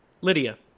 Lydia